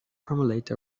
formulate